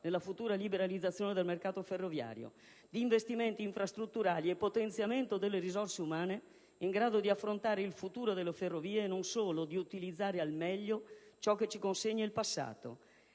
nella futura liberalizzazione del mercato ferroviario, di investimenti infrastrutturali e potenziamento delle risorse umane in grado di affrontare il futuro delle ferrovie e non solo di utilizzare al meglio ciò che ci consegna il passato.